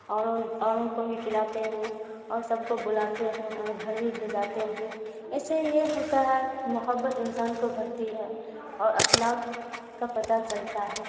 اوروں اوروں کو بھی کھلاتے ہیں اور سب کو بلاتے ہیں اور گھر بھی بھجاتے ہیں اس سے یہ ہوتا ہے محبت انسان کو بھرتی ہے اور اخلاک کا پتہ چلتا ہے